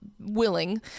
willing